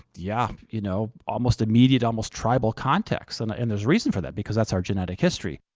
yeah, you know, almost immediate, almost tribal contexts. and and there's reason for that, because that's our genetic history.